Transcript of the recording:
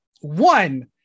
One